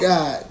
God